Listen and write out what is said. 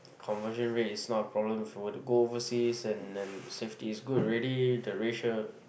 conversion rate is not a problem for you to go overseas and and safety is good already the racial